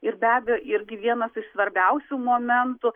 ir be abejo irgi vienas iš svarbiausių momentų